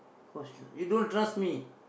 for you don't trust me